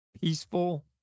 peaceful